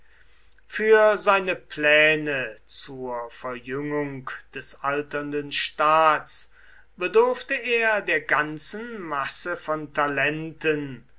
für seine pläne zur verjüngung des alternden staats bedurfte er der ganzen masse von talenten